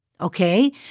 Okay